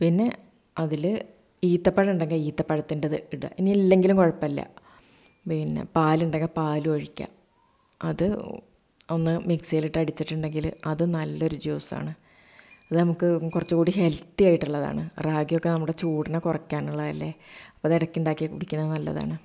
പിന്നെ അതില് ഈത്തപഴം ഉണ്ടെങ്കിൽ ഈത്തപഴത്തിൻ്റെ ഇത് ഇടും ഇനി ഇല്ലെങ്കിലും കുഴപ്പമില്ല പിന്നെ പാല് ഉണ്ടെങ്കിൽ പാലും ഒഴിക്കാം അതു ഒന്ന് മിക്സിയിലിട്ട് അടിച്ചിട്ടുണ്ടെങ്കിൽ അതും നല്ലൊരു ജ്യൂസാണ് അത് നമുക്ക് കുറച്ചുകൂടി ഹെൽത്തിയായിട്ടുളളതാണ് റാഗിയൊക്കെ നമ്മുടെ ചൂടിനെ കുറക്കാനുള്ളതല്ലേ അത് ഇടയ്ക്ക് ഉണ്ടാക്കി കുടിക്കുന്നത് നല്ലതാണ്